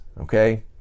okay